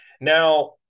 now